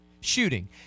shooting